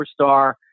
superstar